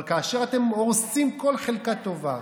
אבל כאשר אתם הורסים כל חלקה טובה,